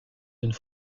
une